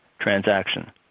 transaction